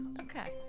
Okay